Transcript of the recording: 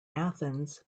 athens